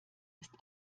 ist